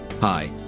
Hi